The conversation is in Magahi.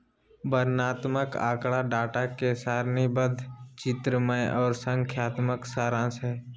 वर्णनात्मक आँकड़ा डाटा के सारणीबद्ध, चित्रमय आर संख्यात्मक सारांश हय